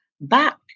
back